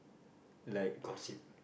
like